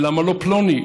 ולמה לא פלוני?